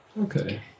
Okay